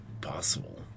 Possible